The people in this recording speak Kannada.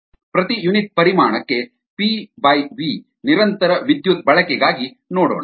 ಪ್ರತಿ ಯೂನಿಟ್ ಪರಿಮಾಣಕ್ಕೆ ಪಿವಿ PV ನಿರಂತರ ವಿದ್ಯುತ್ ಬಳಕೆಗಾಗಿ ನೋಡೋಣ